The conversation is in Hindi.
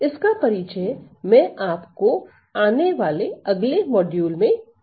इसका परिचय मैं आप को आने वाले अगले मॉड्यूल में दूंगा